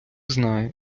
знає